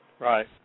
Right